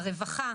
הרווחה,